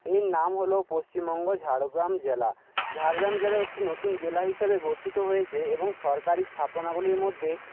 এর নাম হল পশ্চিমবঙ্গ ঝাড়গ্রাম জেলা ঝাড়গ্রাম জেলা একটি নতুন জেলা হিসাবে গঠিত হয়েছে এবং সরকারি স্থাপনাগুলির মধ্যে